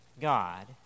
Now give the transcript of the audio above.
God